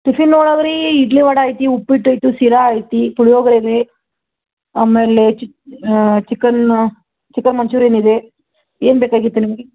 ಟಿಫನೊಳಗೆ ರೀ ಇಡ್ಲಿ ವಡೆ ಐತಿ ಉಪ್ಪಿಟ್ಟು ಆಯ್ತು ಸಿರಾ ಐತಿ ಪುಳಿಯೋಗರೇನೆ ಆಮೇಲೆ ಚಿ ಚಿಕನ್ನು ಚಿಕನ್ ಮಂಚೂರಿಯನ್ ಇದೆ ಏನು ಬೇಕಾಗಿತ್ತು ನಿಮಗೆ